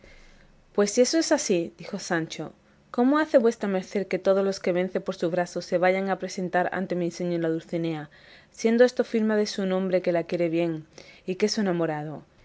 pues si eso es así dijo sancho cómo hace vuestra merced que todos los que vence por su brazo se vayan a presentar ante mi señora dulcinea siendo esto firma de su nombre que la quiere bien y que es su enamorado